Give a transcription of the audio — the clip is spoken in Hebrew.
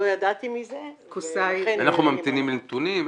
לא ידעתי מזה --- אנחנו ממתינים לנתונים.